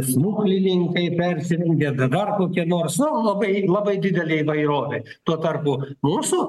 smuklininkai persirengę dabar kokia nors na labai labai didelė įvairovė tuo tarpu mūsų